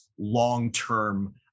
long-term